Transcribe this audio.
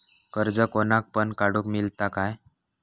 कर्ज कोणाक पण काडूक मेलता काय?